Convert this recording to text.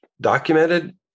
documented